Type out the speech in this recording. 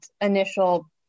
initial